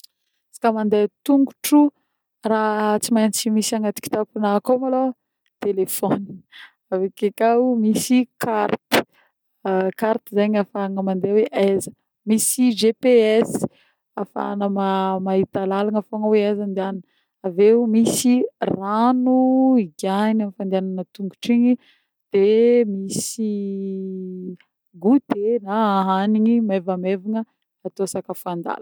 Izy koà mandeha tongotro, raha tsy maintsy misy agnatiny kitaponah akô malôha: téléphone, avy ake koa misy carte carte zegny afahana mandeha hoe aiza, misy GPS afahana ma-mahita lalagna fogna hoe aiza andiagnana, avy eo misy rano higiahina amin'ny fandiagnana tongotro igny, de misy goûté na hanigny mevamevagna atô sakafo andalana.